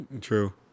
True